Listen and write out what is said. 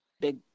big